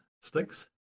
sticks